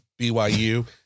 BYU